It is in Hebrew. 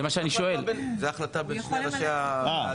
זה החלטה בין שני ראשי הוועדות,